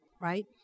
right